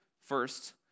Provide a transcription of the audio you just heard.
first